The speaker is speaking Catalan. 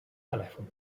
telèfon